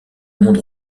monde